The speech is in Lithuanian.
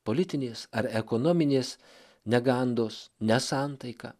politinės ar ekonominės negandos nesantaika